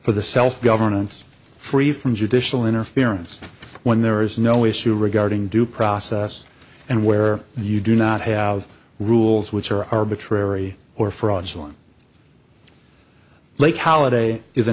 for the self governance free from judicial interference when there is no issue regarding due process and where you do not have rules which are arbitrary or fraudulent like how a day is a